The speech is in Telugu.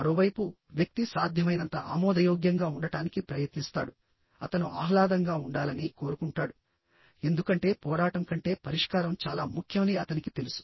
మరోవైపు వ్యక్తి సాధ్యమైనంత ఆమోదయోగ్యంగా ఉండటానికి ప్రయత్నిస్తాడు అతను ఆహ్లాదంగా ఉండాలని కోరుకుంటాడు ఎందుకంటే పోరాటం కంటే పరిష్కారం చాలా ముఖ్యమని అతనికి తెలుసు